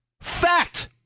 Fact